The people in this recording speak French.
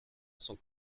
son